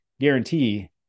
guarantee